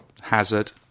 Hazard